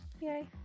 Yay